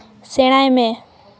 ᱥᱮᱬᱟᱭ ᱢᱮ